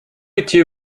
étiez